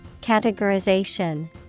Categorization